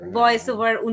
voice-over